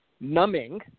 numbing